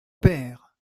père